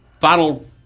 final